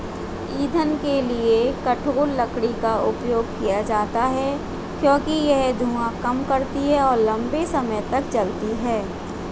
ईंधन के लिए कठोर लकड़ी का उपयोग किया जाता है क्योंकि यह धुआं कम करती है और लंबे समय तक जलती है